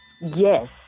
Yes